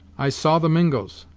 i saw the mingos,